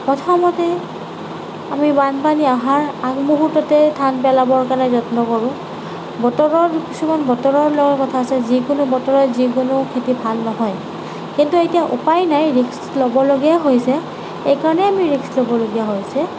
প্ৰথমতে আমি বানপানী অহাৰ আগমুহূৰ্ততে ধান পেলাবৰ কাৰণে যত্ন কৰোঁ বতৰৰ কিছুমান বতৰৰ লগত কথা আছে যিকোনো বতৰত যিকোনো খেতি ভাল নহয় কিন্তু এতিয়া উপায় নাই ৰিক্স ল'বলগীয়া হৈছে এই কাৰণেই আমি ৰিক্স ল'বলগীয়া হৈছে